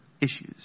issues